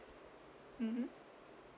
mmhmm